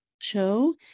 show